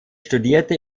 studierte